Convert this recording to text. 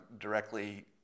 directly